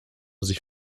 sich